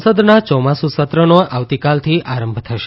સંસદના ચોમાસુ સત્રનો આવતીકાલથી આરંભ થશે